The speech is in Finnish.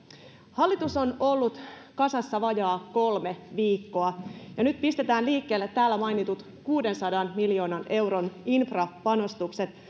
hallitus on ollut kasassa vajaa kolme viikkoa ja nyt pistetään liikkeelle täällä mainitut kuudensadan miljoonan euron infrapanostukset